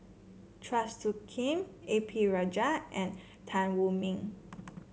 Chua Soo Khim A P Rajah and Tan Wu Meng